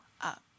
up